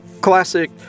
classic